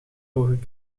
ogen